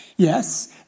Yes